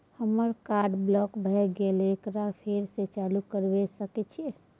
हमर card block भ गेले एकरा फेर स चालू करबा सके छि?